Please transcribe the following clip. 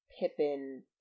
Pippin